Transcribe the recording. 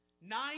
Nine